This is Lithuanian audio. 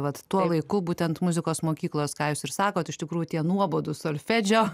vat tuo laiku būtent muzikos mokyklos ką jūs ir sakot iš tikrųjų tie nuobodūs solfedžio